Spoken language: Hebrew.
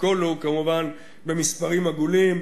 והכול הוא כמובן במספרים עגולים.